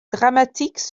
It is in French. dramatiques